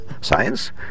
Science